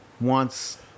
wants